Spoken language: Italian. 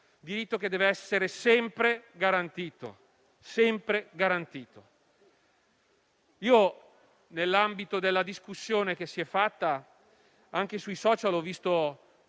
diritto che deve essere sempre garantito. Nell'ambito della discussione che è stata fatta, anche sui *social* ho letto